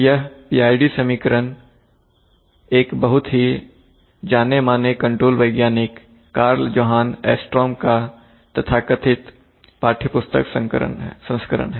यह PID समीकरण एक बहुत ही जाने माने कंट्रोल वैज्ञानिक Karl Johan Astrom का तथाकथित पाठ्यपुस्तक संस्करण है